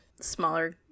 smaller